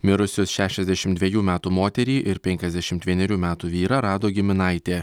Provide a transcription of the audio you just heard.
mirusius šešiasdešimt dvejų metų moterį ir penkiasdešimt vienerių metų vyrą rado giminaitė